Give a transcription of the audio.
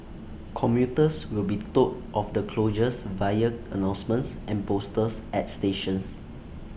commuters will be told of the closures via announcements and posters at stations